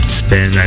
spin